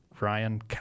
Ryan